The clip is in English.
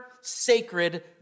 sacred